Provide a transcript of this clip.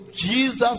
Jesus